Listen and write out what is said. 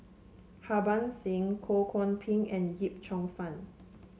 Harbans Singh Ho Kwon Ping and Yip Cheong Fun